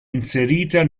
inserita